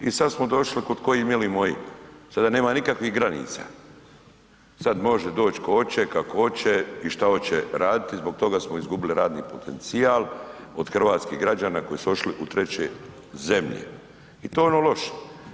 I sad smo došli kud koji mili moji, sada nema nikakvih granica, sad može doć ko oće, kako oće i šta oće raditi, zbog toga smo izgubili radni potencijal od hrvatskih građana koji su otišli u treće zemlje i to je ono loše.